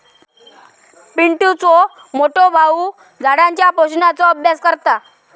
पिंटुचो मोठो भाऊ झाडांच्या पोषणाचो अभ्यास करता